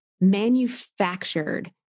manufactured